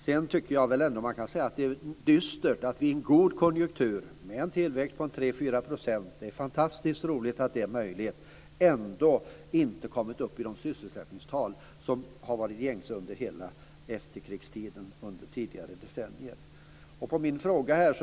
Sedan tycker jag ändå att man kan säga att det är dystert att vi i en god konjunktur med en tillväxt på 3-4 %- det är fantastiskt roligt att det är möjligt - ändå inte har kommit upp i de sysselsättningstal som har varit gängse under hela efterkrigstiden, under tidigare decennier.